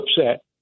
upset